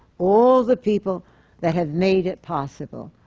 all the people that have made it possible.